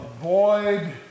avoid